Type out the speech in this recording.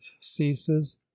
ceases